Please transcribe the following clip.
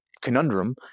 Conundrum